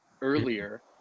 earlier